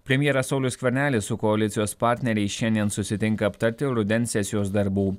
premjeras saulius skvernelis su koalicijos partneriais šiandien susitinka aptarti rudens sesijos darbų